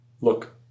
look